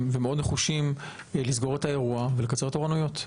ונחושים מאוד לסגור את האירוע ולקצר תורנויות.